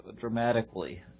dramatically